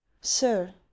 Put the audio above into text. Sir